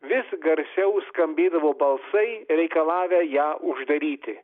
vis garsiau skambėdavo balsai reikalavę ją uždaryti